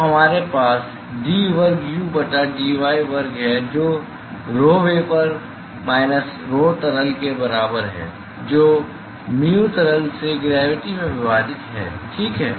तो हमारे पास d वर्ग u बटा dy वर्ग है जो rho वेपर माइनस rho तरल के बराबर है जो mu तरल से ग्रेविटी में विभाजित है ठीक है